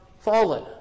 fallen